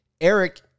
eric